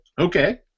okay